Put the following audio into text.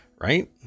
right